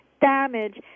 damage